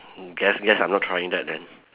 guess guess I'm not trying that then